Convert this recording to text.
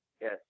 Yes